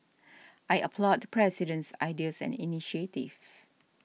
I applaud the President's ideas and initiatives